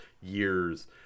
years